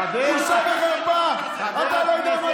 חבר הכנסת אזולאי.